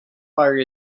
far